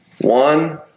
one